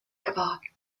geworden